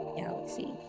galaxy